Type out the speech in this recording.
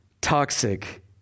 toxic